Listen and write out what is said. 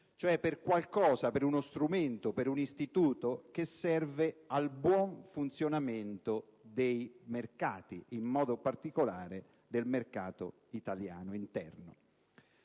crisi, vale a dire uno strumento o un istituto che serve al buon funzionamento dei mercati, in modo particolare del mercato interno.